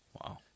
Wow